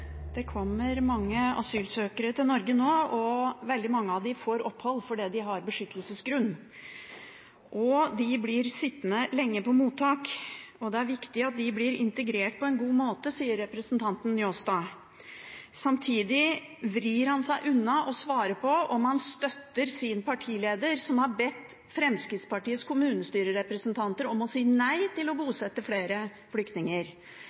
Det kommer mange asylsøkere til Norge nå, og veldig mange av dem får opphold fordi de har beskyttelsesgrunn, og de blir sittende lenge på mottak. Det er viktig at de blir integrert på en god måte, sier representanten Njåstad. Samtidig vrir han seg unna å svare på om han støtter sin partileder, som har bedt Fremskrittspartiets kommunestyrerepresentanter om å si nei til å bosette flere flyktninger.